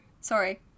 sorry